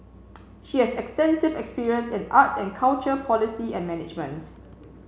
she has extensive experience in arts and culture policy and management